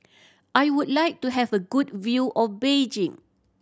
I would like to have a good view of Beijing